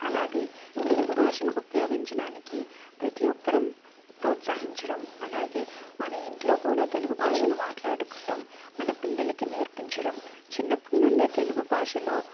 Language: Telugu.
అలాగే తెలుగు భాషను ఉపయోగించడానికి ప్రతి ఒక్కరం ప్రోత్సహించడం అలాగే మన ఇంట్లో కూడా తెలుగు భాషను మాట్లాడుకుంటాం మన పిల్లలకి నేర్పించడం చిన్నప్పుడు నుండే తెలుగు భాషలో